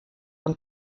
und